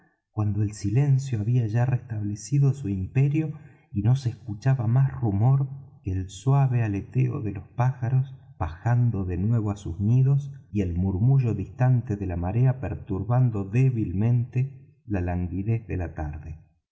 cuando el silencio había ya restablecido su imperio y no se escuchaba más rumor que el suave aleteo de los pájaros bajando de nuevo á sus nidos y el murmullo distante de la marea perturbando débilmente la languidez de la tarde